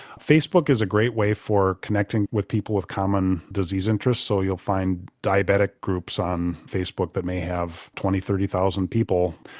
facebook is a great way for connecting with people with common disease interests, so you'll find diabetic groups on facebook that may have twenty thousand, thirty thousand people.